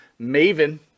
Maven